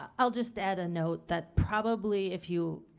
ah i'll just add a note that probably if you,